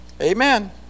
amen